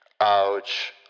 Ouch